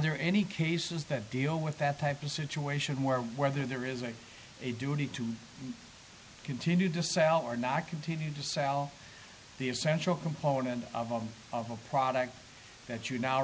there any cases that deal with that type of situation where whether there is a duty to continue to sell or not continue to sell the essential component of all of a product that you now